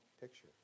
picture